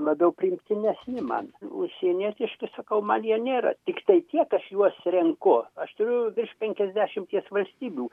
labiau priimtinesni man užsienietiški sakau man jie nėra tiktai tiek aš juos renku aš turiu virš penkiasdešimties valstybių